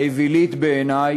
האווילית בעיני,